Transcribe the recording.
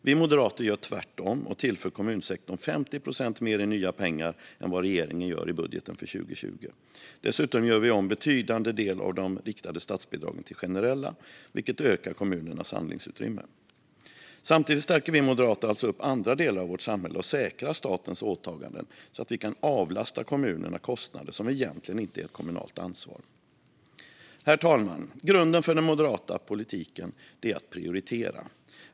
Vi moderater gör tvärtom och tillför kommunsektorn 50 procent mer i nya pengar än vad regeringen gör i budgeten för 2020. Dessutom gör vi om en betydande del av de riktade statsbidragen till generella, vilket ökar kommunernas handlingsutrymme. Samtidigt stärker vi moderater alltså upp andra delar av vårt samhälle och säkrar statens åtaganden så att vi kan avlasta kommunerna kostnader för sådant som egentligen inte är ett kommunalt ansvar. Herr talman! Grunden för den moderata politiken är att prioritera.